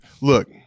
Look